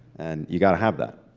and you've got to have that.